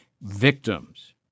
victims